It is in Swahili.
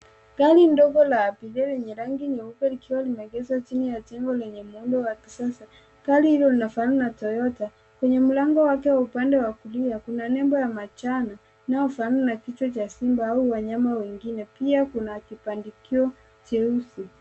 Gari ndogo la abiria lenye rangi nyeupe, likiwa limeegeshwa chini ya jengo lenye muundo wa kisasa. Gari hilo linafana na na toyota kwenye mlango wake upande wa kulia kuna nembo ya majana inayo fanana na kichwa cha Simba au wanyama wengine pia kuna pandikio jeusi.